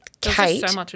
Kate